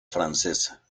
francesa